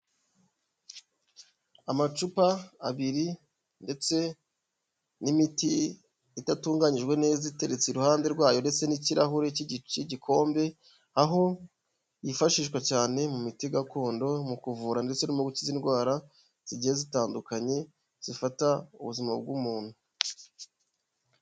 Amacupa abiri ndetse n'imiti idatunganyijwe neza iteretse iruhande rwayo ndetse n'ikirahure cy'igikombe, aho yifashishwa cyane mu miti gakondo mu kuvura ndetse no gukiza indwara zigiye zitandukanye zifata ubuzima bw'umuntu.